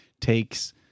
takes